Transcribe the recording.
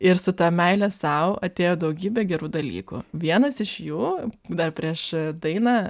ir su ta meile sau atėjo daugybė gerų dalykų vienas iš jų dar prieš dainą